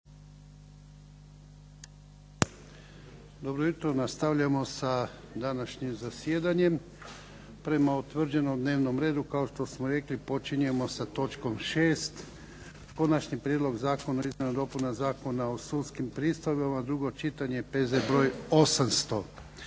Dobro jutro. Nastavljamo sa današnjim zasjedanjem, prema utvrđenom dnevnom redu kao što smo rekli počinjemo sa točkom 6. - Konačni prijedlog zakona o izmjenama i dopunama Zakona o sudskim pristojbama, hitni postupak, drugo čitanje, P.Z. br. 800